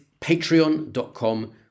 patreon.com